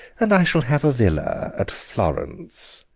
and i shall have a villa at florence.